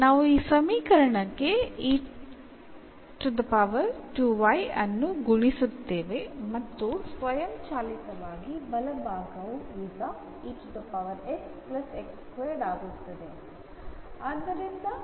നമ്മൾ ഈ സമവാക്യത്തെ കൊണ്ട് ഗുണിക്കുന്നു ഒപ്പം വലതുവശത്ത് ഇപ്പോൾ ആയി മാറുന്നു അത് ൽ നിന്ന് സ്വതന്ത്രമാണ്